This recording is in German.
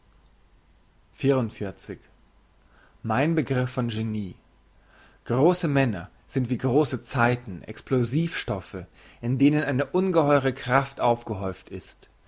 mein begriff vom genie grosse männer sind wie grosse zeiten explosiv stoffe in denen eine ungeheure kraft aufgehäuft ist